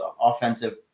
offensive